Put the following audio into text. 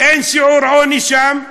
אין שיעור עוני שם,